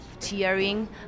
cheering